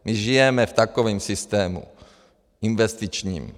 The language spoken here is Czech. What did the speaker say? My žijeme v takovém systému investičním.